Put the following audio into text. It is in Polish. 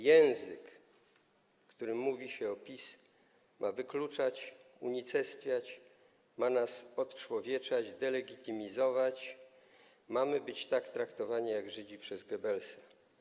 Język, którym mówi się o PiS, ma wykluczać, unicestwiać, ma nas odczłowieczać, delegitymizować, mamy być tak traktowani jak Żydzi przez Goebbelsa.